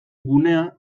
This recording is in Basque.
gunea